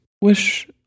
wish